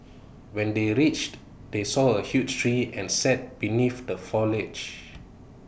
when they reached they saw A huge tree and sat beneath the foliage